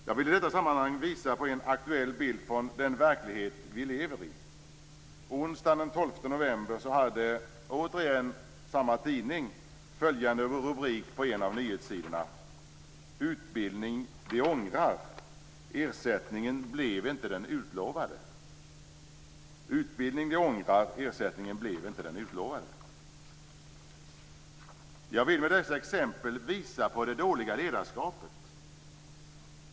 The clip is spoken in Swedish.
Jag vill i detta sammanhang visa på en aktuell bild från den verklighet vi lever i. Onsdagen den 12 november hade återigen samma tidning följande rubrik på en av nyhetssidorna: Utbildning de ångrar. Ersättningen blev inte den utlovade. Utbildning de ångrar. Ersättningen blev inte den utlovade. Jag vill med dessa exempel visa på det dåliga ledarskapet.